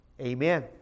amen